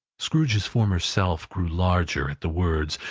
scrooge's former self grew larger at the words,